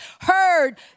heard